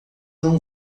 não